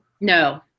No